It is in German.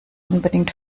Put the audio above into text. unbedingt